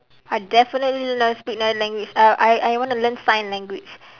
I definitely love speak another language uh I I want to learn sign language